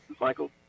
Michael